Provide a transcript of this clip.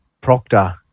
Proctor